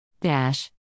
Dash